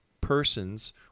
person's